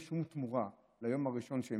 שעבור היום הראשון לא מקבלים שום תמורה,